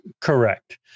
Correct